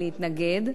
היא להתנגד,